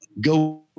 go